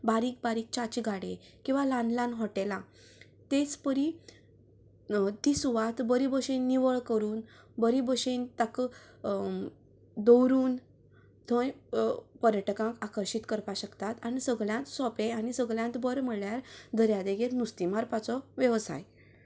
बारीक बारीक च्याचे गाडे किंवां ल्हान ल्हान हाॅटेलां तेच परी ती सुवात बरी भशेन निवळ करून बरें भशेन ताका दोवरून थंय पर्यटकांक आकर्शीत करपाक शकतात आनी सगल्यांत सोपें आनी सगल्यांत बरें म्हळ्यार दर्यादेगेर नुस्तीं मारपाचो वेवसाय